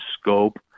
scope